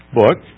book